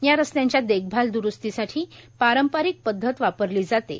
या रस्त्यांच्या देखभाल द्रुस्तीसाठी पारंपरिक पद्धत वापरली जाते